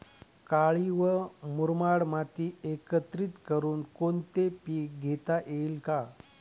काळी व मुरमाड माती एकत्रित करुन कोणते पीक घेता येईल का?